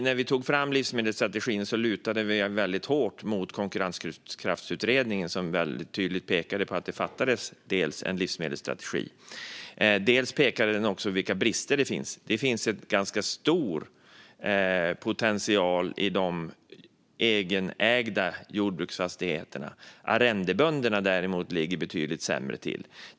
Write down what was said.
När vi tog fram livsmedelsstrategin lutade vi oss hårt mot Konkurrenskraftsutredningen, som tydligt pekade dels på att det fattades en livsmedelsstrategi, dels på vilka brister det fanns. Det finns en ganska stor potential i de egenägda jordbruksfastigheterna. Arrendebönderna ligger däremot betydligt sämre till.